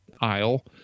aisle